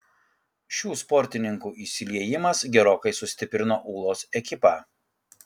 šių sportininkų įsiliejimas gerokai sustiprino ūlos ekipą